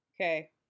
Okay